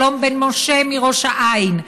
שלום בן משה מראש העין,